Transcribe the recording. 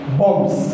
bombs